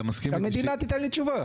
שהמדינה תיתן לי תשובה.